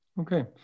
Okay